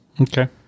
Okay